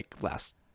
last